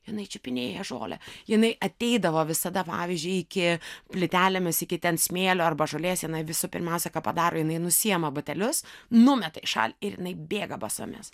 jinai čiupinėja žolę jinai ateidavo visada pavyzdžiui iki plytelėmis iki ten smėlio arba žolės jinai visų pirmiausia ką padaro jinai nusiėma batelius numeta į šalį ir bėga basomis